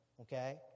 okay